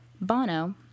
Bono